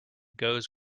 goes